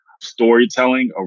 storytelling